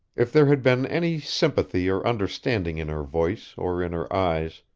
if there had been any sympathy or understanding in her voice or in her eyes,